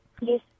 Yes